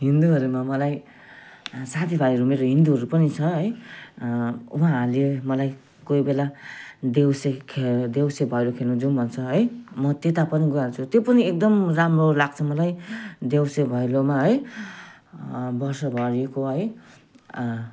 हिन्दूहरूमा मलाई साथीभाइहरू मेरो हिन्दूहरू पनि छ है उहाँहरूले मलाई कोही बेला देउसी खे देउसी भैलो खेल्न जाऊँ भन्छन् है म त्यता पनि गइहाल्छु त्यो पनि एकदम राम्रो लाग्छ मलाई देउसी भैलोमा है वर्षभरिको है